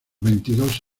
veintidós